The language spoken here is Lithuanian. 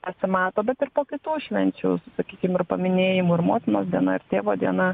pasimato bet ir po kitų švenčių su sakykim ir paminėjimų ir motinos diena ir tėvo diena